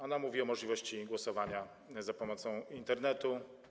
Ona mówi o możliwości głosowania za pomocą Internetu.